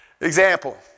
example